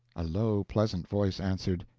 a low, pleasant voice answered,